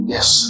Yes